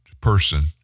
person